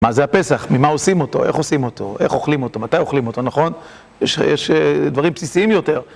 מה זה הפסח, ממה עושים אותו, איך עושים אותו, איך אוכלים אותו, מתי אוכלים אותו, נכון? יש דברים בסיסיים יותר.